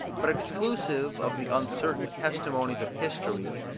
but exclusive of the uncertain testimonies of history,